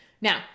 Now